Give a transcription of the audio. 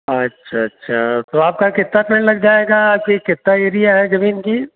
अच्छा अच्छा तो आपका कितना टाइम लग जाएगा फिर कितना एरिया है जमीन की